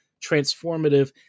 transformative